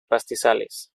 pastizales